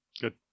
Good